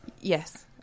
Yes